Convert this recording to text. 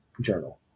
journal